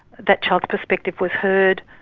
that child's perspective was heard,